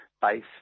base